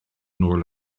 nôl